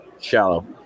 shallow